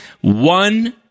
One